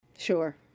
Sure